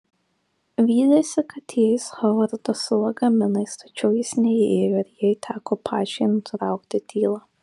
vylėsi kad įeis hovardas su lagaminais tačiau jis neįėjo ir jai teko pačiai nutraukti tylą